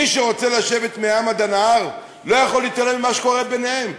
מי שרוצה לשבת מהים ועד הנהר לא יכול להתעלם ממה שקורה ביניהם.